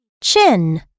Chin